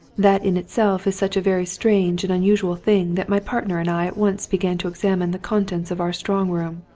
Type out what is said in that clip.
that in itself was such a very strange and unusual thing that my partner and i at once began to examine the contents of our strong room.